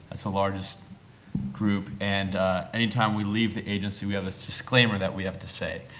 so largest group, and any time we leave the agency we have this disclaimer that we have to say.